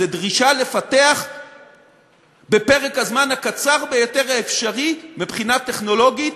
זו דרישה לפתח בפרק הזמן הקצר ביותר האפשרי מבחינה טכנולוגית